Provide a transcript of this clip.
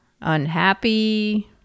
unhappy